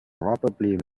probably